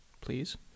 Please